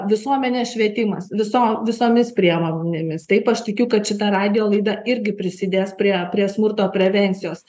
visuomenės švietimas viso visomis priemonėmis taip aš tikiu kad šita radijo laida irgi prisidės prie prie smurto prevencijos